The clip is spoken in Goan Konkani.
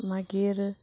मागीर